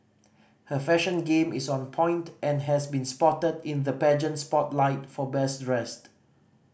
her fashion game is on point and has been spotted in the pageant spotlight for best dressed